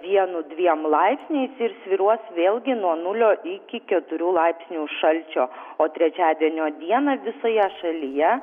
vienu dviem laipsniais ir svyruos vėlgi nuo nulio iki keturių laipsnių šalčio o trečiadienio dieną visoje šalyje